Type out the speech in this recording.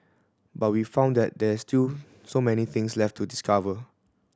but we found that there is still so many things left to discover